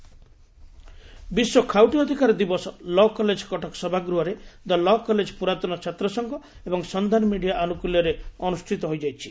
ଖାଉଟି ଦିବସ ବିଶ୍ୱ ଖାଉଟି ଅଧିକାର ଦିବସ ଲ' କଲେଜ୍ କଟକ ସଭାଗୃହରେ ଦ ଲ' କଲେଜ ପୁରାତନ ଛାତ୍ରସଂଘ ଏବଂ ସନ୍ଧାନ ମିଡିଆ ଆନ୍କଲ୍ ଅନୁଷିତ ହୋଇଯାଇଛି